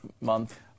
month